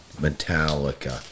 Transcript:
Metallica